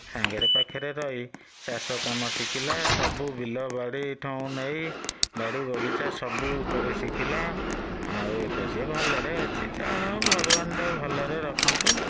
ସାଙ୍ଗରେ ପାଖରେ ରହି ଚାଷକାମ ଶିଖିଲା ସବୁ ବିଲ ବାଡ଼ିଠୁଁ ନେଇ ବାଡ଼ିବଗିଚା ସବୁ କରି ଶିଖିଲା ଆଉ ଏବେ ସେ ଭଲରେ ଅଛି ଯାହା ହେଉ ଭଗବାନ ତାକୁ ଭଲରେ ରଖନ୍ତୁ